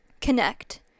Connect